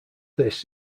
this